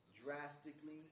drastically